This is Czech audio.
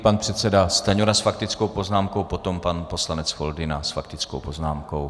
Pan předseda Stanjura s faktickou poznámkou, potom pan poslanec Foldyna s faktickou poznámkou.